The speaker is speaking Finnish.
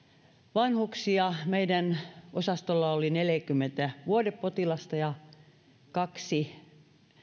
vanhuksia meidän osastollamme oli neljäkymmentä vuodepotilasta ja kaksi